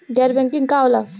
गैर बैंकिंग का होला?